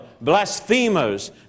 blasphemers